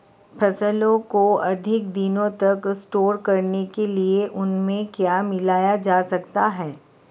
फसलों को अधिक दिनों तक स्टोर करने के लिए उनमें क्या मिलाया जा सकता है?